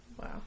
Wow